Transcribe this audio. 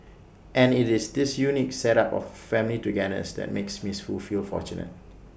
and IT is this unique set up of family togetherness that makes miss Foo feel fortunate